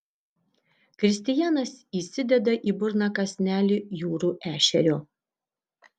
kristijanas įsideda į burną kąsnelį jūrų ešerio